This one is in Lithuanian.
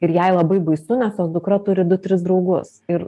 ir jai labai baisu nes jos dukra turi du tris draugus ir